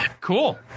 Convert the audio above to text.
Cool